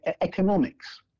economics